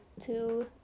two